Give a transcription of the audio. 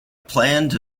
planned